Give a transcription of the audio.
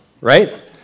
right